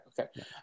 Okay